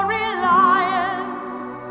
reliance